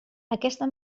aquesta